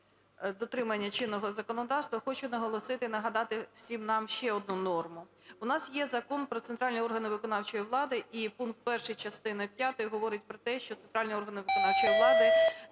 дотримання чинного законодавства, хочу наголосити і нагадати всім нам ще одну норму. В нас є Закон "Про центральні органи виконавчої влади", і пункт 1 частини п'ятої говорить про те, що центральні органи виконавчої влади